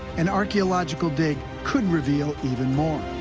an archaeological dig could reveal even more.